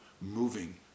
moving